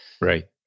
right